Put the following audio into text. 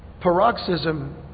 Paroxysm